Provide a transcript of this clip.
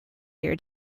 year